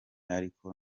ariko